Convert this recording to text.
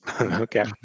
Okay